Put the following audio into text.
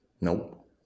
Nope